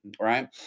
Right